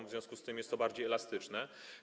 Z związku z tym jest to bardziej elastyczne.